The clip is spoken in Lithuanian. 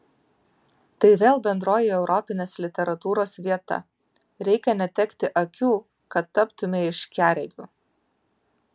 tai vėl bendroji europinės literatūros vieta reikia netekti akių kad taptumei aiškiaregiu